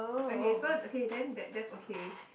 okay so okay then that that's okay